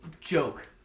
joke